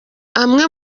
amwe